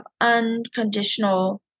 unconditional